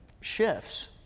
shifts